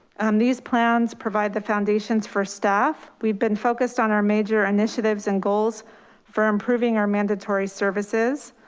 um these plans provide the foundations for staff. we've been focused on our major initiatives and goals for improving our mandatory services.